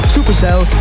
Supercell